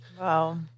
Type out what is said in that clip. Wow